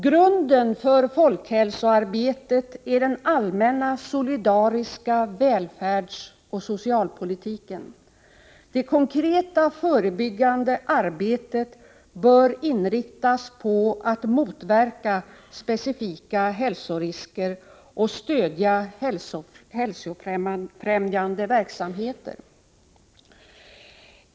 Grunden för folkhälsoarbetet är den allmänna solidariska välfärdsoch socialpolitiken. Det konkreta förebyggande arbetet bör inriktas på att motverka specifika hälsorisker och stödja hälsofrämjande verksamheter.